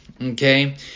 Okay